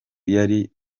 yari